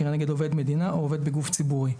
כנגד עובד מדינה או עובד בגוף ציבורי.